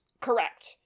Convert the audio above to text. Correct